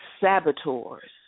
saboteurs